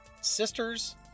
sisters